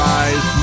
eyes